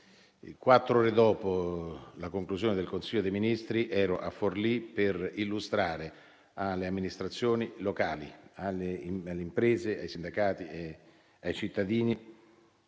Quattro ore dopo la conclusione del Consiglio dei ministri, ero a Forlì per illustrare alle amministrazioni locali, alle imprese, ai sindacati e ai cittadini